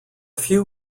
few